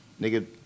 Nigga